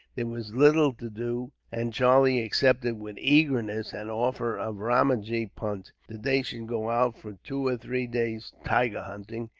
there was little to do, and charlie accepted with eagerness an offer of ramajee punt, that they should go out for two or three days' tiger hunting,